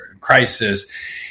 crisis